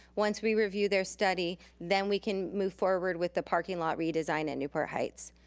once we review their study, then we can move forward with the parking lot redesign in newport heights.